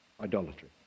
Idolatry